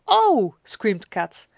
oh! screamed kat,